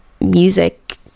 ...music